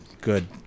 Good